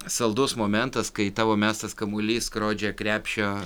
saldus momentas kai tavo mestas kamuolys skrodžia krepšio